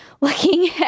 looking